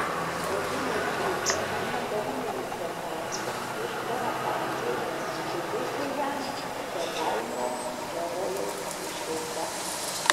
odinė striukė su metalinėmis detalėmis ir storapadžiai suteikė jam bebaimio herojaus išvaizdą